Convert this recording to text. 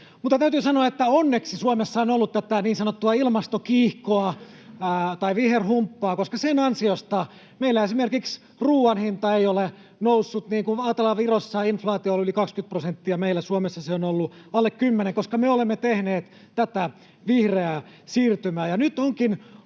Mutta täytyy sanoa, että onneksi Suomessa on ollut tätä niin sanottua ilmastokiihkoa tai viherhumppaa, koska sen ansiosta meillä esimerkiksi ruuan hinta ei ole noussut niin kuin... Virossa inflaatio on ollut yli 20 prosenttia, meillä Suomessa se on ollut alle 10, koska me olemme tehneet tätä vihreää siirtymää.